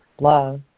love